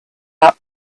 out